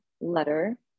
letter